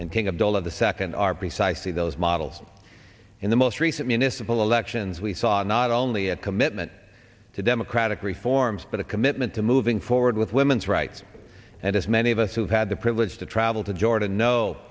abdullah the second are precisely those models in the most recent municipal elections we saw not only a commitment to democratic reforms but a commitment to moving forward with women's rights and as many of us who had the privilege to travel to jordan kno